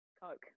Coke